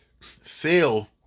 fail